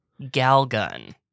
Galgun